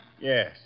Yes